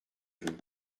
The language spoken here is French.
voeux